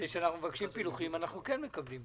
כשאנחנו מבקשים פילוחים אנחנו כן מקבלים אותם.